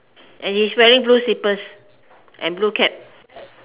and he is wearing blue slippers and blue cap